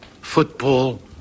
Football